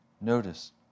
Notice